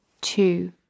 Two